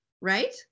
right